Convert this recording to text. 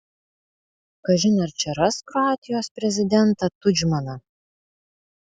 kažin ar čia ras kroatijos prezidentą tudžmaną